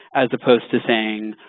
as opposed to saying,